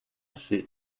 sit